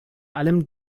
allem